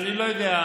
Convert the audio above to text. אני לא יודע,